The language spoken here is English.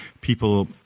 people